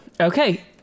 Okay